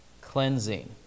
cleansing